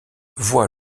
voit